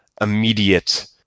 immediate